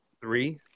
Three